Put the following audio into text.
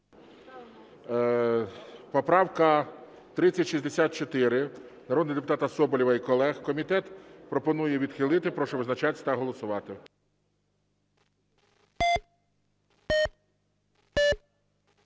Поправка 3064 народного депутата Соболєва і колег. Комітет пропонує відхилити. Прошу визначатись та голосувати.